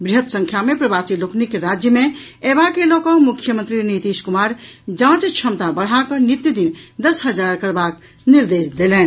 वृहत संख्या मे प्रवासी लोकनिक राज्य मे अयबा के लऽकऽ मुख्यमंत्री नीतीश कुमार जांच क्षमता बढाकऽ नित्य दिन दस हजार करबाक निर्देश देलनि